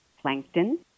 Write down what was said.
Plankton